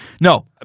No